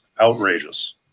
outrageous